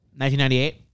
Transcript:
1998